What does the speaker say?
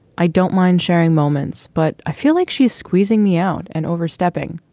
i don't mind sharing moments, but i feel like she's squeezing the out and overstepping.